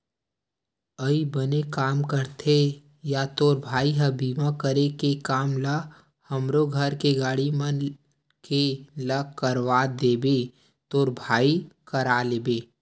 अई बने काम करथे या तोर भाई ह बीमा करे के काम ल हमरो घर के गाड़ी मन के ला करवा देबे तो तोर भाई करा ले